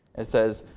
it says,